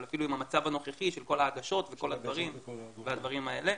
אבל אפילו עם המצב הנוכחי של כל ההגשות וכל הדברים והדברים האלה.